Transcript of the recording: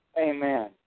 Amen